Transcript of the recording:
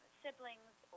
siblings